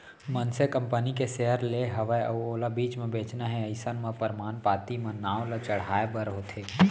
मनसे कंपनी के सेयर ले हवय अउ ओला बीच म बेंचना हे अइसन म परमान पाती म नांव ल चढ़हाय बर होथे